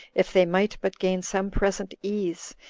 if they might but gain some present ease,